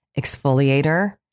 exfoliator